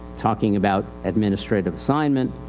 talking about administrative assignment.